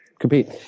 compete